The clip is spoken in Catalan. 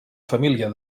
família